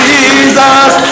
Jesus